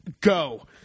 Go